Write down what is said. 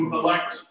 elect